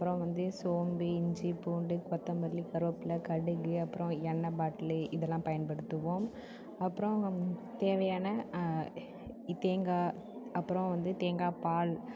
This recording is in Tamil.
அப்புறம் வந்து சோம்பு இஞ்சி பூண்டு கொத்தமல்லி கருவப்பில கடுகு அப்றம் எண்ணெய் பாட்டிலு இதெல்லாம் பயன்படுத்துவோம் அப்றம் தேவையான தேங்காய் அப்பறம் வந்து தேங்காய் பால்